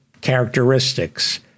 characteristics